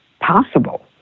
possible